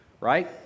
right